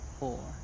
four